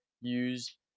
use